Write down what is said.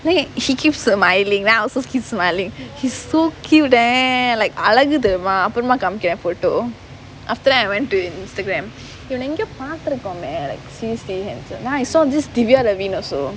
then he keep smiling so I also keep smiling he's so cute leh like அழகு தெரியுமா அப்புறமா காமிக்குறேன்:alagu theriyumaa appuramaa kaamikkuraen photo after that I went to Instagram இவன எங்கயோ பாத்திருக்கோமே:ivana engayo paathirukkuromae like seriously handsome and I saw this divya lavigne also